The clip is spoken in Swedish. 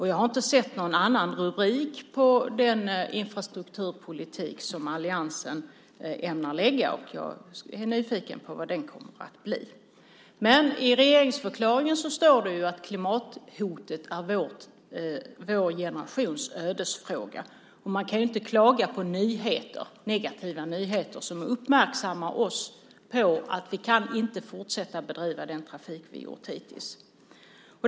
Jag har inte sett någon annan rubrik på den infrastrukturpolitik som alliansen ämnar lägga fram, och jag är nyfiken vad den kommer att bli. I regeringsförklaringen står det att klimathotet är vår generations ödesfråga. Man kan ju inte klaga på de negativa nyheter som uppmärksammar oss på att vi inte kan fortsätta bedriva den trafik som vi har gjort hittills.